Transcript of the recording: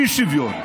אי-שוויון.